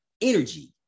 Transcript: energy